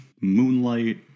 Moonlight